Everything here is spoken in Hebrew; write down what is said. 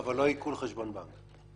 אבל לא עיקול חשבון בנק.